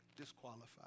disqualified